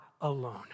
alone